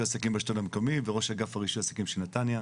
העסקים בשלטון המקומי וראש אגף הרישוי עסקים של נתניה.